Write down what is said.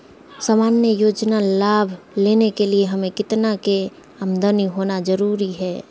सामान्य योजना लाभ लेने के लिए हमें कितना के आमदनी होना जरूरी है?